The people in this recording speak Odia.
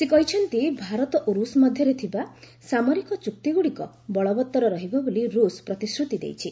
ସେ କହିଛନ୍ତି ଭାରତ ଓ ରୁଷ ମଧ୍ୟରେ ଥିବା ସାମରିକ ଚୁକ୍ତିଗୁଡ଼ିକ ବଳବତ୍ତର ରହିବ ବୋଲି ରୁଷ ପ୍ରତିଶ୍ରତି ଦେଇଛି